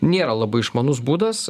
nėra labai išmanus būdas